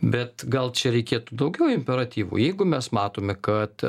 bet gal čia reikėtų daugiau imperatyvų jeigu mes matome kad